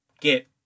get